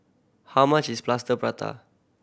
how much is Plaster Prata